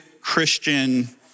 Christian